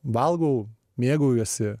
valgau mėgaujuosi